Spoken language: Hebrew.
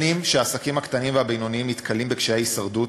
שנים שהעסקים הקטנים והבינוניים נתקלים בקשיי הישרדות,